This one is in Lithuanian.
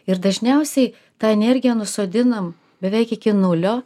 ir dažniausiai tą energiją nusodinam beveik iki nulio